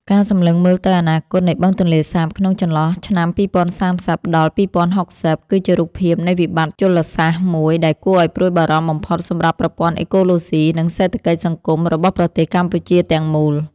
ការសម្លឹងមើលទៅអនាគតនៃបឹងទន្លេសាបក្នុងចន្លោះឆ្នាំ ២០៣០ ដល់ ២០៦០ គឺជារូបភាពនៃវិបត្តិជលសាស្ត្រមួយដែលគួរឱ្យព្រួយបារម្ភបំផុតសម្រាប់ប្រព័ន្ធអេកូឡូស៊ី និងសេដ្ឋកិច្ចសង្គមរបស់ប្រទេសកម្ពុជាទាំងមូល។